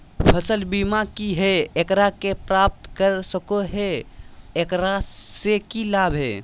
फसल बीमा की है, एकरा के प्राप्त कर सको है, एकरा से की लाभ है?